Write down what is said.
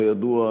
כידוע,